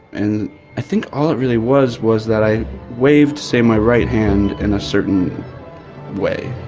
and i think all it really was was that i waved, say, my right hand in a certain way.